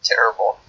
Terrible